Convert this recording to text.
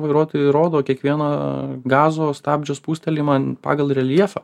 vairuotojui rodo kiekvieną gazo stabdžio spūstėjimą pagal reljefą